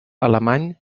alemany